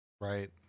right